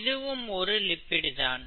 இதுவும் ஒரு லிப்பிடு தான்